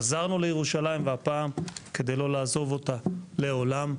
חזרנו לירושלים כדי לא לעזור אותה לעולם.